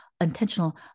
intentional